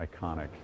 iconic